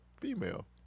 female